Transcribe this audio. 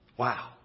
Wow